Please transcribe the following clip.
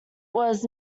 was